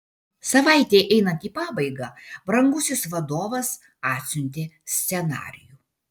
savaitei einant į pabaigą brangusis vadovas atsiuntė scenarijų